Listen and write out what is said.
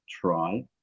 try